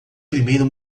primeiro